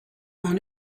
own